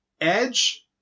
Edge